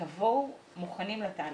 תבואו מוכנים לתהליך,